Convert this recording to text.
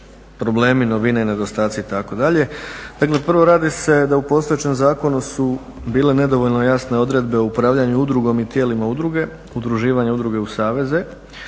problemi, novine i nedostaci itd. Dakle, prvo radi se da u postojećem zakonu su bile nedovoljno jasne odredbe o upravljanju udrugom i tijelima udruge, udruživanje udruge u saveze,